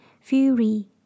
fury